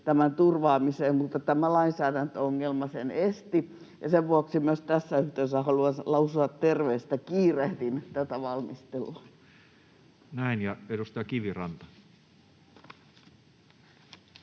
tämän turvaamiseen, mutta tämä lainsäädäntöongelma sen esti, ja sen vuoksi myös tässä yhteydessä haluan lausua terveiset, että kiirehdin tätä valmistelua. [Speech 116] Speaker: